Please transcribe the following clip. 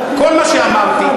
כל מה שאמרתי,